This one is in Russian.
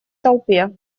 толпе